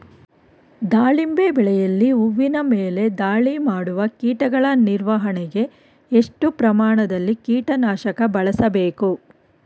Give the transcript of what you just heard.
ದಾಳಿಂಬೆ ಬೆಳೆಯಲ್ಲಿ ಹೂವಿನ ಮೇಲೆ ದಾಳಿ ಮಾಡುವ ಕೀಟಗಳ ನಿರ್ವಹಣೆಗೆ, ಎಷ್ಟು ಪ್ರಮಾಣದಲ್ಲಿ ಕೀಟ ನಾಶಕ ಬಳಸಬೇಕು?